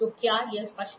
तो क्या यह स्पष्ट है